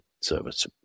service